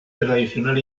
tradicional